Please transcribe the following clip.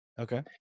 Okay